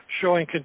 showing